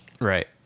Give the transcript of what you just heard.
Right